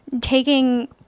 taking